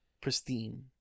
pristine